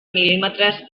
mil·límetres